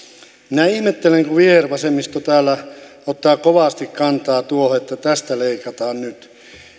minä ihmettelen kun vihervasemmisto täällä ottaa kovasti kantaa tuohon että tästä leikataan nyt